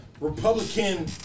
Republican